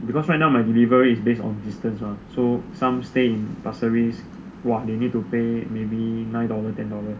because right now my delivery is based on distance mah so some stay in pasir ris !wah! they need to pay like maybe nine dollar ten dollar